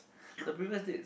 the previous dates